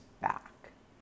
back